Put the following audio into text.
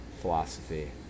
philosophy